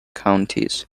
counties